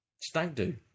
stag-do